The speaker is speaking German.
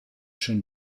schon